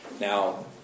Now